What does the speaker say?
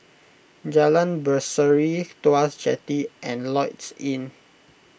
Jalan Berseri Tuas Jetty and Lloyds Inn